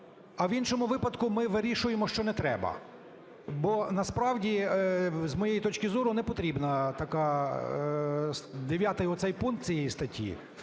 а в іншому випадку ми вирішуємо, що не треба. Бо насправді, з моєї точки зору, не потрібна така, 9 оцей пункт цієї статті.